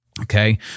Okay